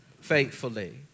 faithfully